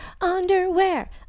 underwear